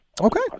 Okay